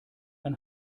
ein